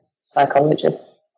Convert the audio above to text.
psychologists